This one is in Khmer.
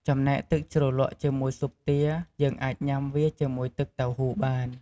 ចំណែកទឺកជ្រលក់ជាមួយស៊ុបទា យើងអាចញំុាវាជាមួយទឹកតៅហ៊ូបាន។